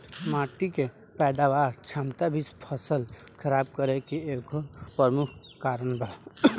माटी के पैदावार क्षमता भी फसल खराब करे के एगो प्रमुख कारन बा